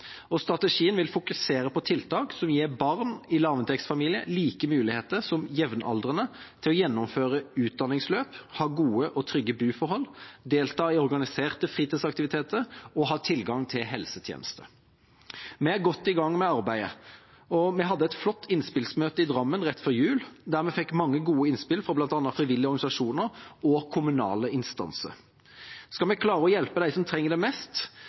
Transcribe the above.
Strategien vil fokusere på tiltak som gir barn i lavinntektsfamilier like muligheter som jevnaldrende til å gjennomføre utdanningsløp, ha gode og trygge boforhold, delta i organiserte fritidsaktiviteter og ha tilgang til helsetjenester. Vi er godt i gang med arbeidet. Vi hadde et flott innspillsmøte i Drammen rett før jul der vi fikk mange gode innspill fra bl.a. frivillige organisasjoner og kommunale instanser. Skal vi klare å hjelpe dem som trenger det mest,